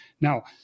Now